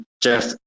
Jeff